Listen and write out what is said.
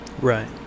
Right